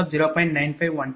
000043173 p